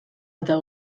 eta